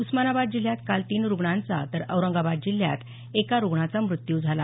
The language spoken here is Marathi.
उस्मानाबाद जिल्ह्यात काल तीन रुग्णांचा तर औरंगाबाद जिल्ह्यात एका रुग्णाचा मृत्यू झाला